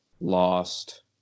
lost